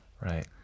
right